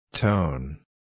Tone